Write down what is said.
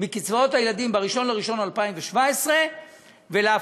מקצבאות הילדים ב-1 בינואר 2017 ולהפוך